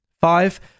five